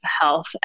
health